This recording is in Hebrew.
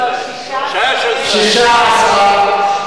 לא לא, שישה-עשר אלף.